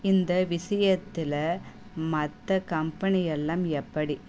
இந்த விஷயத்துல மற்ற கம்பெனியெல்லாம் எப்படி